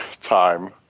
time